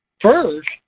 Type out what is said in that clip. First